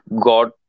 got